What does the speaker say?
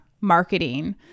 marketing